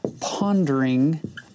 pondering